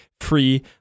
free